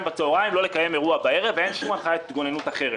בצהרים לא לקיים בערב ואין שום הנחיית התגוננות אחרת,